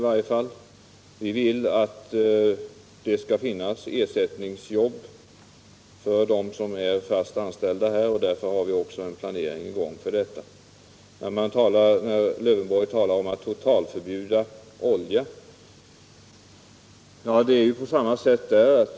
Vi vill att det skall erbjudas ersättningsjobb för dem som är fast anställda på området, och vi har också en planering i gång för detta. Alf Lövenborg talar vidare om att totalförbjuda användningen av olja.